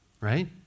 right